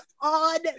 on